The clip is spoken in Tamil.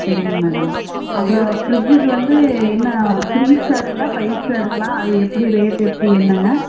சரிங்க மேடம் அப்புறம் பிரிட்ஜ்ஜூக்கு வந்து என்ன த்ரீ ஸ்டாருங்களா ஃபைவ் ஸ்டாருங்களா அது எப்படி ரேட் எப்படி என்னங்க